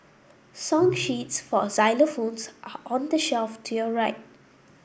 song sheets for xylophones are on the shelf to your right